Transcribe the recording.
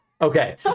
Okay